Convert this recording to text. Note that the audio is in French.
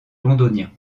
londoniens